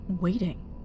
waiting